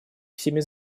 всеми